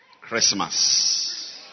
Christmas